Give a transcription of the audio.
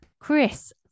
Chris